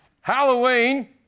Halloween